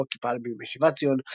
שידוע כי פעל בימי שיבת ציון,